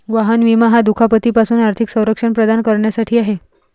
वाहन विमा हा दुखापती पासून आर्थिक संरक्षण प्रदान करण्यासाठी आहे